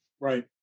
Right